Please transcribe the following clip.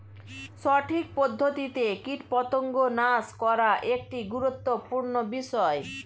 সঠিক পদ্ধতিতে কীটপতঙ্গ নাশ করা একটি গুরুত্বপূর্ণ বিষয়